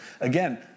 again